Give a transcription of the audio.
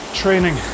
training